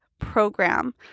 program